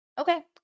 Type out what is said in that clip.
okay